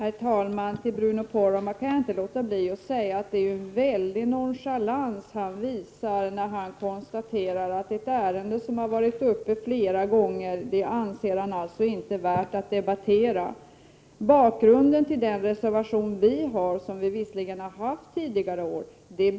Herr talman! Till Bruno Poromaa kan jag inte låta bli att säga att det är en väldig nonchalans han visar när han anser att ett ärende som varit uppe flera gånger inte är värt att debattera. Bakgrunden till den reservation som vi lämnat, som vi bl.a. kommit med = Prot.